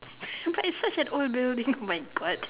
it's such it's such an old building my God